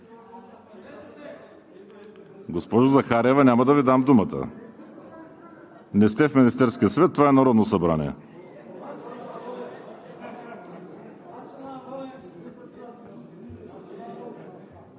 Госпожо Захариева, няма да Ви дам думата! Не сте в Министерския съвет! Това е Народно събрание!